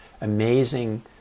amazing